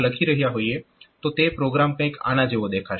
તો તે પ્રોગ્રામ કંઈક આના જેવો દેખાશે